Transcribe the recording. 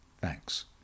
Thanks